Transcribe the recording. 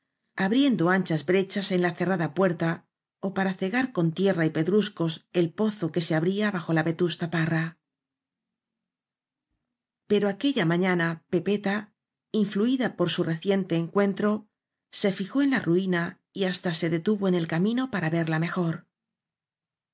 abriendo anchas brechas en la cerrada puerta ó para cegar con tierra y pedruscos el pozo que se abría bajo la vetusta parra pero aquella mañana pepeta influida por su reciente encuentro se fijó en la ruina y hasta se detuvo en el camino para verla mejor